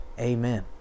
amen